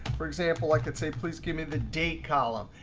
for example, i could say please give me the date column.